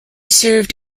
served